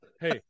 hey